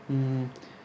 mm